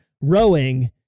rowing